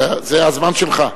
זה הזמן שלך.